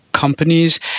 Companies